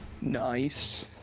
Nice